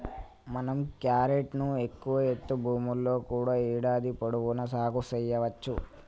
మనం క్యారెట్ ను ఎక్కువ ఎత్తు భూముల్లో కూడా ఏడాది పొడవునా సాగు సెయ్యవచ్చు